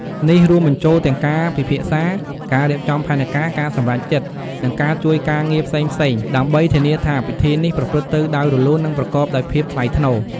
នេះរួមបញ្ចូលទាំងការពិភាក្សា ការរៀបចំផែនការ ការសម្រេចចិត្ត និងការជួយការងារផ្សេងៗ ដើម្បីធានាថាពិធីនេះប្រព្រឹត្តទៅដោយរលូន និងប្រកបដោយភាពថ្លៃថ្នូរ។